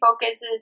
focuses